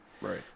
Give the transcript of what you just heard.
Right